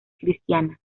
cristiana